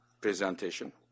presentation